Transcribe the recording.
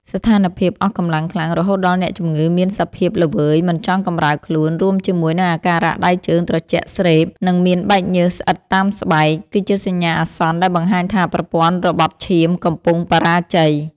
ស្ថានភាពអស់កម្លាំងខ្លាំង រហូតដល់អ្នកជំងឺមានសភាពល្វើយមិនចង់កម្រើកខ្លួន រួមជាមួយនឹងអាការៈដៃជើងត្រជាក់ស្រេប និងមានបែកញើសស្អិតតាមស្បែក គឺជាសញ្ញាអាសន្នដែលបង្ហាញថាប្រព័ន្ធរបត់ឈាមកំពុងបរាជ័យ។